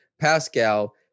Pascal